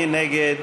מי נגד?